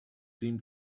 seem